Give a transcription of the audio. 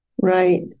right